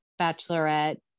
bachelorette